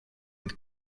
with